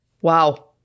Wow